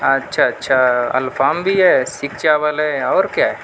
اچھا اچھا الفام بھی ہے سکچا والے اور کیا ہے